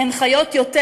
והן חיות יותר.